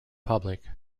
public